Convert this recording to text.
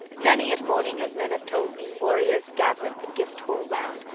many at morning, as men have told me, warriors gathered the gift-hall round,